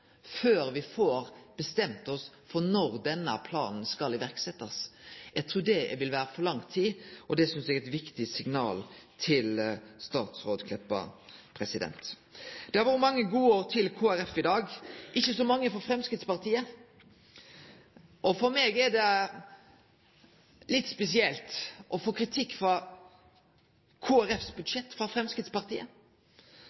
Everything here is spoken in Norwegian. før vi får bestemt oss for når denne planen skal setjast i verk. Eg trur det vil vere for lang tid, og det synest eg er eit viktig signal til statsråd Kleppa. Det har kome mange godord til Kristeleg Folkeparti i dag – ikkje så mange frå Framstegspartiet. For meg er det litt spesielt å få kritikk for vårt budsjett frå